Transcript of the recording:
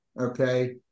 Okay